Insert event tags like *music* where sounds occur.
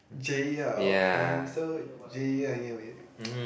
Jaiya ah okay so Jaiya anyway *noise*